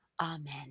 Amen